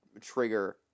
trigger